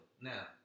Now